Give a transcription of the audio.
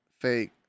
fake